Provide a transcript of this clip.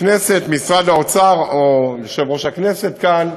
הכנסת, משרד האוצר או יושב-ראש הכנסת כאן,